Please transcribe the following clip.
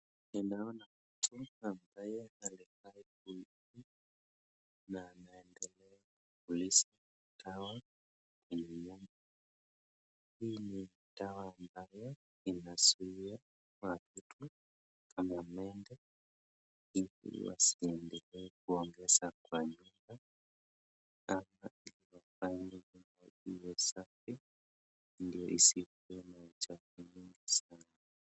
Ninaona mtu ambaye alivalia na anaendelea kupulizia dawa kwenye nyumba. Hii ni dawa ambayo inazuia wadudu kama mende ili wasiendelee kuongezeka kwa nyumba ama inafanya nyumba iwe safi ndio isikuwe na uchafu mingi sana.